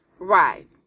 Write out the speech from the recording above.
right